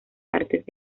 artes